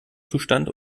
zustand